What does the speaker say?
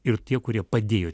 ir tie kurie padėjo